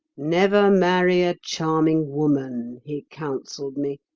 never marry a charming woman he counselled me.